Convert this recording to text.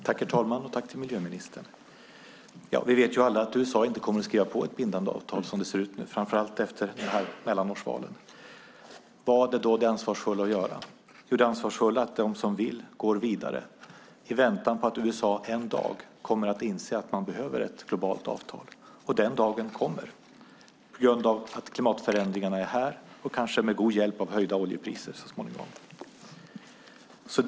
Herr talman! Tack, miljöministern! Vi vet alla att USA inte kommer att skriva på ett bindande avtal som det ser ut nu, framför allt efter mellanårsvalen. Vad är då det ansvarsfulla att göra? Det ansvarsfulla är att de som vill går vidare i väntan på att USA en dag kommer att inse att man behöver ett globalt avtal. Den dagen kommer på grund av att klimatförändringarna är här och kanske med god hjälp av så småningom höjda oljepriser.